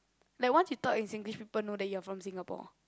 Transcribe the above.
like once you talk in Singlish people know that you are from Singapore